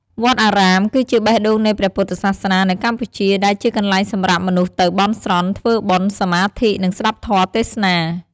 វត្តអារាម គឺជាបេះដូងនៃព្រះពុទ្ធសាសនានៅកម្ពុជា ដែលជាកន្លែងសម្រាប់មនុស្សទៅ បន់ស្រន់ ធ្វើបុណ្យ សមាធិ និងស្ដាប់ធម៌ទេសនា។